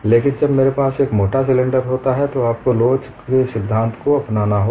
लेकिन जब मेरे पास एक मोटा सिलेंडर होता है तो आपको लोच के सिद्धांत अपनाना होगा